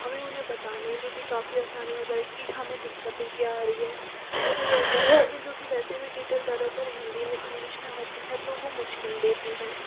हमें उन्हें बताने में भी काफी असानी हो जाएगी कि हमें दिक्कतें क्या आ रही हैं और जो द दस्तावेज़ों की वैसे भी डिटेल ज़्यादातर हिंदी में इंग्लिश में होती है तो वह मुश्किल देती हैं